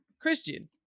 Christian